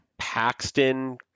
Paxton